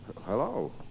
hello